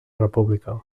república